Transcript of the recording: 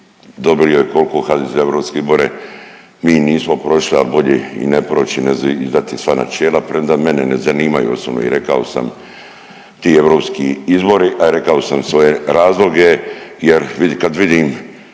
dobio je koliko … europske izbore mi nismo prošli, a bolje i ne proći nego izdati sva načela, premda mene ne zanimaju … rekao sam ti i europski izbori, a rekao sam svoje razloge jer kad vidim